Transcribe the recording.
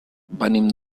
venim